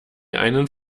einen